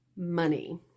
money